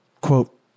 quote